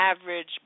average